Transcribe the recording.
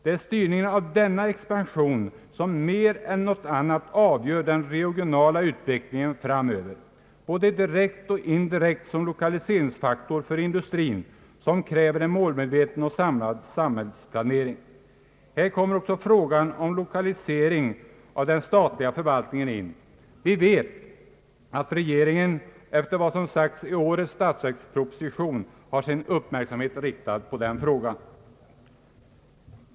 Det är styrningen av denna expansion som mer än något annat avgör den regionala utvecklingen framöver — både direkt och indirekt som lokaliseringsfaktor för industrin — och som kräver en målmedveten och samlad samhällsplanering. Här kommer också frågan om lokalisering av den statliga förvaltningen in. Vi vet att regeringen, efter vad som sagts i årets statsverksproposition, har sin uppmärksamhet riktad på den frågan.